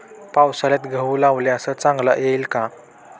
पावसाळ्यात गहू लावल्यास चांगला येईल का?